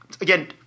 Again